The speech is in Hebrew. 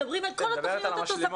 מדברים על כל התוכניות התוספתיות.